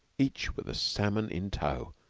each with a salmon in tow,